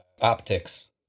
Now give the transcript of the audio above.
optics